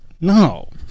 No